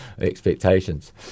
expectations